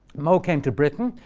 mo came to britain.